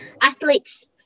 athletes